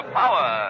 power